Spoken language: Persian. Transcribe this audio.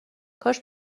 کاش